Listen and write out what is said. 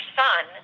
son